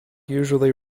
usually